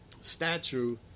statue